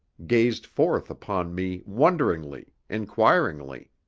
gazed forth upon me wonderingly, inquiringly.